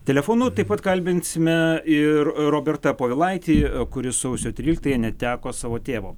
telefonu taip pat kalbinsime ir robertą povilaitį kuris sausio tryliktąją neteko savo tėvo